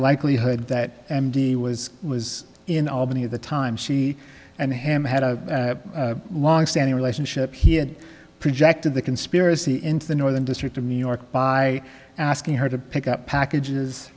likelihood that he was was in albany at the time she and him had a longstanding relationship he had projected the conspiracy into the northern district of new york by asking her to pick up packages